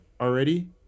already